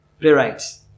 Playwrights